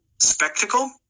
Spectacle